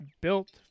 built